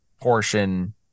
portion